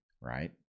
right